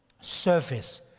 service